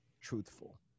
truthful